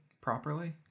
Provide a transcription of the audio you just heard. properly